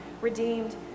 redeemed